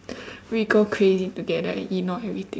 we go crazy together and ignore everything